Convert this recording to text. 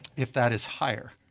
if that is higher.